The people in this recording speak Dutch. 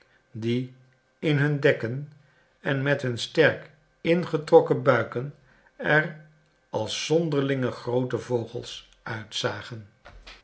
die in hun dekken en met hun sterk ingetrokken buiken er als zonderlinge groote vogels uitzagen